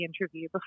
interview